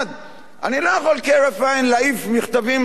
אני לא יכול כהרף עין להעיף מכתבים לוועדת